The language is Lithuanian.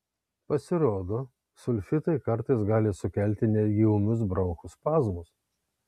pasirodo sulfitai kartais gali sukelti netgi ūmius bronchų spazmus